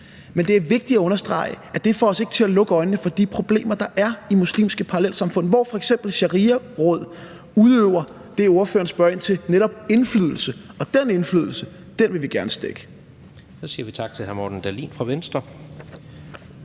Men det er vigtigt at understrege, at de ikke får os til at lukke øjnene for de problemer, der er i muslimske parallelsamfund, hvor f.eks. shariaråd udøver det, ordføreren spørger ind til, nemlig indflydelse, og den indflydelse vil vi gerne stække. Kl. 16:40 Tredje næstformand (Jens